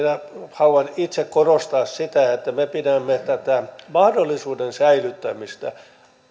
minä haluan itse korostaa sitä että me pidämme tätä mahdollisuuden säilyttämistä